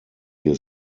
wir